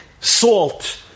salt